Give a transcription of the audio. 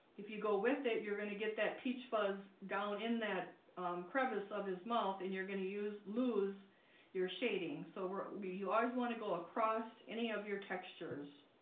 if you go with it, you're going to get that peach fuzz down in that crevice of his mouth and you're going to use lose your shading so you always want to go across any of your textures